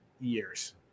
years